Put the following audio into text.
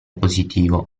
positivo